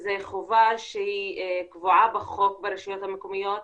וזה חובה שהיא קבועה בחוק ברשויות המקומיות,